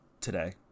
today